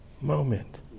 moment